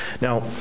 now